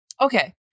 okay